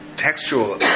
Textual